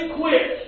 quit